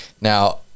Now